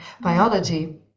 biology